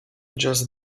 just